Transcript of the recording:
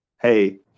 hey